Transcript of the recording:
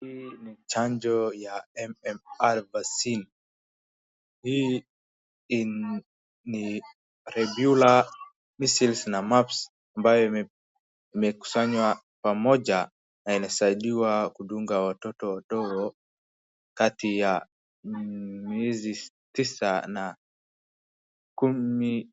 Hii ni chanjo ya MMR Vaccine . Hii ni Rebulla, Measles na Muffs ambayo imekusanywa pamoja na inasaidiwa kudunga watoto wadogo kati ya miezi tisa na kumi